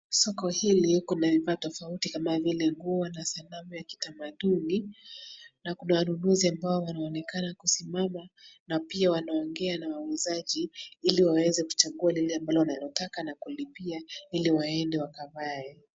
Soko hili kuna vifaa tofauti kama vile nguo na sanamu za kitamaduni na kuna wanunuzi ambao wanaonekana kusimama na pia wanaongea na wauzaji ili waweze kuchagua lile wanachotaka na kulipia ili waende wakavae.